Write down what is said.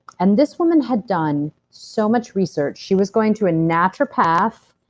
and this woman had done so much research. she was going to a naturopath,